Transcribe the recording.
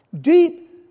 deep